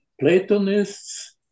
Platonists